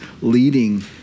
leading